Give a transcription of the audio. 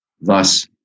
Thus